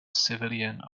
civilian